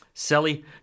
Sally